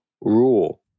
rule